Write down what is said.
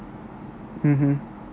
mmhmm